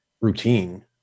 routine